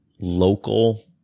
local